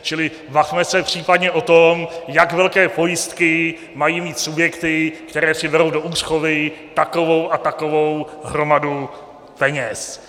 Čili bavme se případně o tom, jak velké pojistky mají mít subjekty, které si berou do úschovy takovou a takovou hromadu peněz.